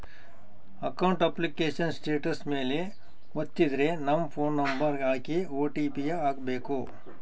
account application status ಮೇಲೆ ವತ್ತಿದ್ರೆ ನಮ್ ಫೋನ್ ನಂಬರ್ ಹಾಕಿ ಓ.ಟಿ.ಪಿ ಹಾಕ್ಬೆಕು